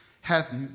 hath